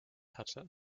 hatte